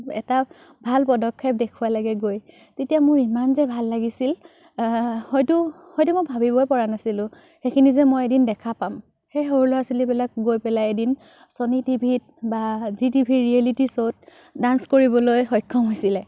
এটা ভাল পদক্ষেপ দেখুৱালেগৈ গৈ তেতিয়া মোৰ ইমান যে ভাল লাগিছিল হয়তো হয়তো মই ভাবিবই পৰা নাছিলোঁ সেইখিনি যে মই এদিন দেখা পাম সেই সৰু ল'ৰা ছোৱালীবিলাক গৈ পেলাই এদিন চ'নী টিভিত বা জী টিভিৰ ৰিয়েলিটি শ্ব'ত ডাঞ্চ কৰিবলৈ সক্ষম হৈছিলে